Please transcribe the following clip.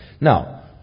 Now